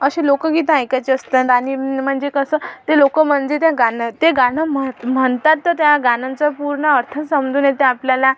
असे लोकगीतं ऐकायचे असतात आणि म्हणजे कसं ते लोक म्हणजे त्या गाणं ते गाणं म्हण म्हणतात तर त्या गाण्यांचं पूर्ण अर्थ समजून येते आपल्याला